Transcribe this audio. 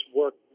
work